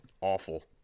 Awful